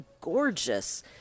gorgeous